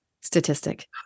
statistic